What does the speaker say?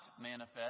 manifest